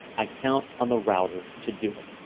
i count on the router to do it.